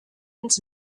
ins